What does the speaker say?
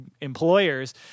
employers